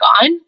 gone